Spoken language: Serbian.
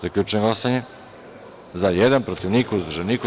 Zaključujem glasanje: za – jedan, protiv – niko, uzdržanih – nema.